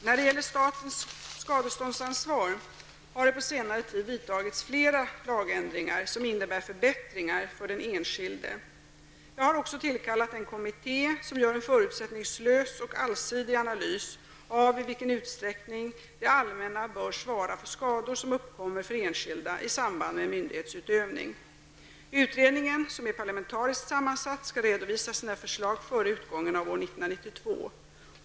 När det gäller statens skadeståndsansvar har det på senare tid vidtagits flera lagändringar som innebär förbättringar för den enskilde. Jag har också tillkallat en kommitté som gör en förutsättningslös och allsidig analys av i vilken utsträckning det allmänna bör svara för skador som uppkommer för enskilda i samband med myndighetsutövning. Utredningen, som är parlamentariskt sammansatt, skall redovisa sina förslag före utgången av år 1992.